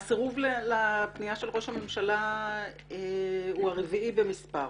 כלומר הסירוב לפנייה של ראש הממשלה הוא הרביעי במספר?